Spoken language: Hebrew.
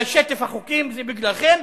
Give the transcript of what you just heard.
אין ספק, שטף החוקים זה בגללכם.